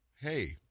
hey